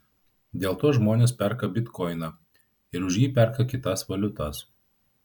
dėl to žmonės perka bitkoiną ir už jį perka kitas valiutas